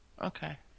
Okay